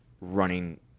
running